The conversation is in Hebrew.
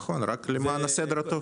נכון, רק למען הסדר הטוב.